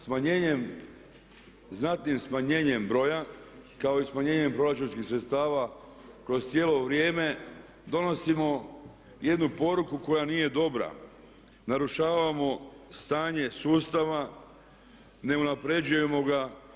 Smanjenjem, znatnim smanjenjem broja kao i smanjenjem proračunskih sredstava kroz cijelo vrijeme donosimo jednu poruku koja nije dobra, narušavamo stanje sustava, ne unapređujemo ga.